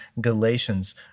Galatians